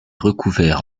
recouvert